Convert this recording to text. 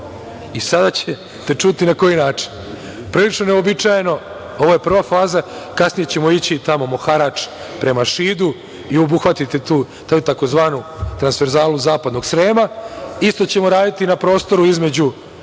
i sada ćete čuti na koji način. Prilično je neuobičajeno, ovo je prva faza, kasnije ćemo ići tamo Moharač, prema Šidu i obuhvatiti tu taj tzv. transverzalu zapadnog Srema. Isto ćemo raditi i na prostoru između